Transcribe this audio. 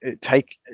take